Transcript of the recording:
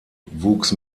wuchs